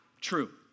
true